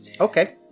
Okay